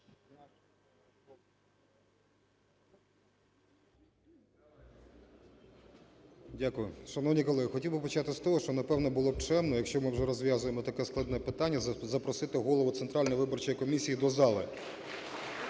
Дякую. Шановні колеги, хотів би почати з того, що, напевно, було б чемно, якщо ми вже розв'язуємо таке складне питання, запросити голову Центральної виборчої комісії до залу.